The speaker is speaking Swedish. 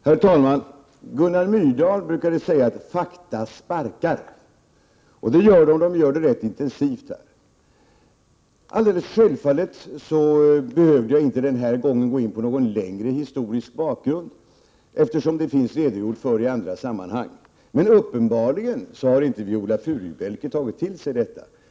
Herr talman! Gunnar Myrdal brukade säga att fakta sparkar. Det gör de här, och de gör det rätt intensivt. Självfallet behövde jag den här gången inte gå in på någon längre historisk bakgrund, eftersom det har redogjorts för den i andra sammanhang. Men uppenbarligen har Viola Furubjelke inte tagit till sig den.